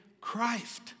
Christ